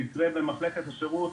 שזה יקרה במחלקת השירות.